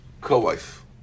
co-wife